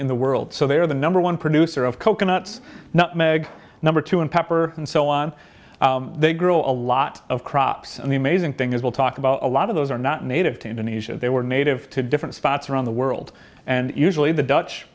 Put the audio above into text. in the world so they are the number one producer of coconuts now meg number two and pepper and so on they grow a lot of crops and the amazing thing is we'll talk about a lot of those are not native to indonesia they were native to different spots around the world and usually the dutch